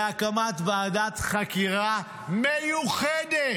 להקמת ועדת חקירה מיוחדת.